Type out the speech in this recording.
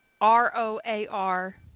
R-O-A-R